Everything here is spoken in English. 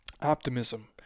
optimism